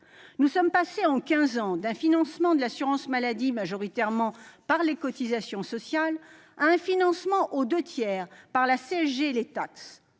Nous sommes passés en quinze ans d'un financement de l'assurance maladie majoritairement par les cotisations sociales à un financement aux deux tiers par la CSG et les taxes.